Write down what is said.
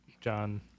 John